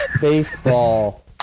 baseball